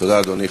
תודה, אדוני.